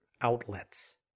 outlets